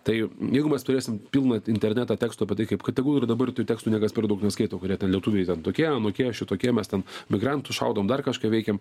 tai jeigu mes turėsim pilną internetą tekstų apie tai kaip kad tegul ir dabar tų tekstų niekas per daug neskaito kurie ten lietuviai ten tokie anokie šitokie mes ten migrantus šaudom dar kažką veikiam